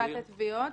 ההפרדה.